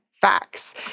facts